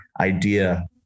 idea